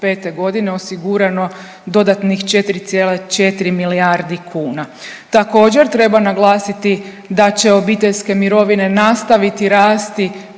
g. osigurano dodatnih 4,4 milijardi kuna. Također, treba naglasiti da će obiteljske mirovine nastaviti rasti